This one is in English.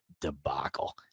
debacle